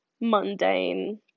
mundane